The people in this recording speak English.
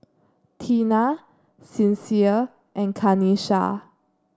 Teena Sincere and Kanisha